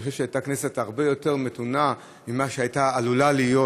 אני חושב שהכנסת הייתה הרבה יותר מתונה ממה שהייתה עלולה להיות,